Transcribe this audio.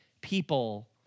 people